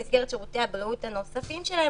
במסגרת שירותי הבריאות הנוספים שלהן,